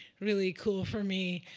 really cool for me.